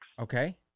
Okay